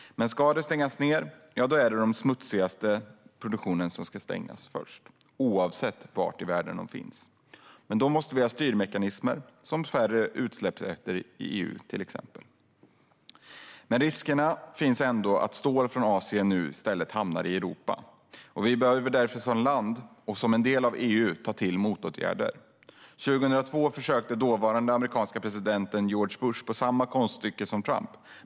Men om något ska stängas ned är det den smutsigaste produktionen som ska stängas först, oavsett var i världen den finns. Då måste vi ha styrmekanismer, till exempel färre utsläppsrätter i EU. Risken finns ändå att stål från Asien nu i stället hamnar i Europa. Vi behöver därför som land och som en del av EU ta till motåtgärder. År 2002 försökte sig den dåvarande amerikanske presidenten George Bush på samma konststycke som Trump.